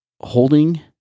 holding